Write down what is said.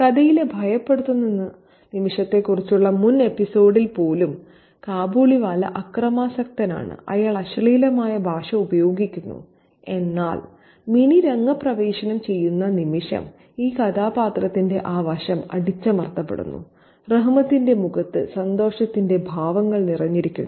കഥയിലെ ഭയപ്പെടുത്തുന്ന നിമിഷത്തെക്കുറിച്ചുള്ള മുൻ എപ്പിസോഡിൽ പോലും കാബൂളിവാല അക്രമാസക്തനാണ് അയാൾ അശ്ലീലമായ ഭാഷ ഉപയോഗിക്കുന്നു എന്നാൽ മിനി രംഗപ്രവേശനം ചെയ്യുന്ന നിമിഷം ഈ കഥാപാത്രത്തിന്റെ ആ വശം അടിച്ചമർത്തപ്പെടുന്നു റഹ്മത്തിന്റെ മുഖത്ത് സന്തോഷത്തിന്റെ ഭാവങ്ങൾ നിറഞ്ഞിരിക്കുന്നു